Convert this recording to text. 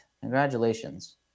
Congratulations